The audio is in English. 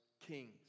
kings